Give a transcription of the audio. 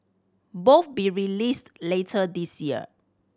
both be released later this year